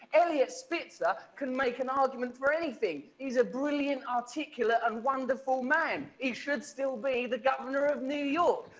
eliot spitzer can make an argument for anything. he's a brilliant, articulate, and wonderful man. he should still be the governor of new york.